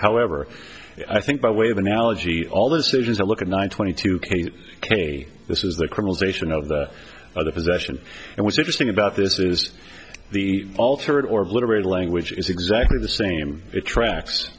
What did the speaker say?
however i think by way of analogy all the decisions i look at nine twenty two k this is the criminalization of the other possession and what's interesting about this is the altered or literary language is exactly the same it tracks